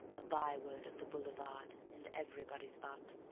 a by-word of the boulevard and everybody's butt